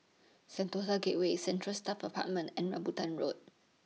Sentosa Gateway Central Staff Apartment and Rambutan Road